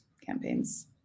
campaigns